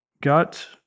got